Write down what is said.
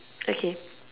okay